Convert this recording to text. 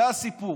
זה הסיפור.